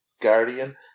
Guardian